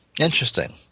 Interesting